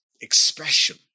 expression